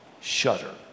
shudder